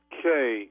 Okay